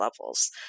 levels